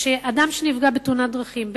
שאדם שנפגע בתאונת דרכים,